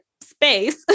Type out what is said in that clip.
space